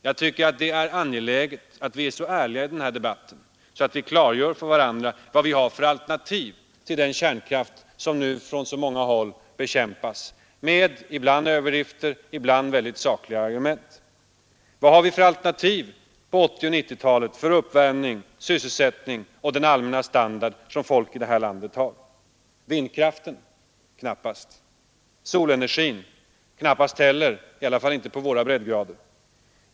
Jag tycker det är angeläget att vi är så ärliga i denna debatt att vi klargör för varandra vad vi har för alternativ till kärnkraften, som nu bekämpas från så många håll — ibland med överdrifter, ibland med sakliga argument. Vad har vi på 1980 och 1990-talen för alternativ för uppvärmning, sysselsättning och den allmänna standard som människorna här i landet nu har? Vindkraften? Knappast. Solenergin? Knappast det heller, i varje fall inte på våra breddgrader.